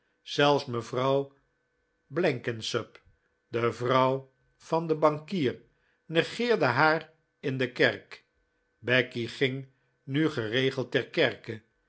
zelfs mevrouw blenkinsop de vrouw van den bankier negeerde haar in de kerk becky ging nu geregeld ter kerke